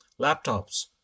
Laptops